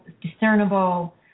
discernible